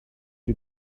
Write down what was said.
you